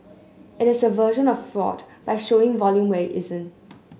it is a version of fraud by showing volume where it isn't